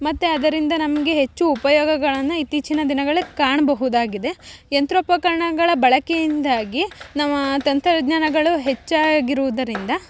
ಮತ್ತು ಅದರಿಂದ ನಮಗೆ ಹೆಚ್ಚು ಉಪಯೋಗಗಳನ್ನು ಇತ್ತೀಚಿನ ದಿನಗಳಲ್ಲಿ ಕಾಣಬಹುದಾಗಿದೆ ಯಂತ್ರೋಪಕರಣಗಳ ಬಳಕೆಯಿಂದಾಗಿ ನಾವು ಆ ತಂತ್ರಜ್ಞಾನಗಳು ಹೆಚ್ಚಾಗಿರುವುದರಿಂದ